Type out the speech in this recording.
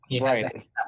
Right